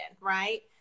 Right